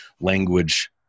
language